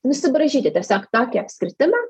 nusibraižyti tiesiog tokį apskritimą